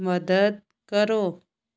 ਮਦਦ ਕਰੋ